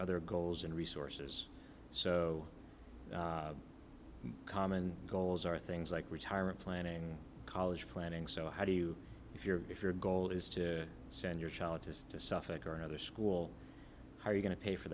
other goals and resources so common goals are things like retirement planning college planning so how do you if you're if your goal is to send your child to suffolk or another school how are you going to pay for